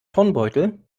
turnbeutel